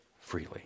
freely